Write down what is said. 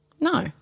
No